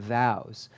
vows